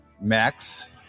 max